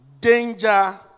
Danger